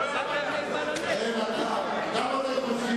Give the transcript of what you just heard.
אתה רוצה,